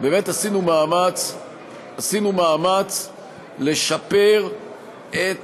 שבאמת עשינו מאמץ לשפר את